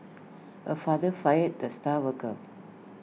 A father fired the star worker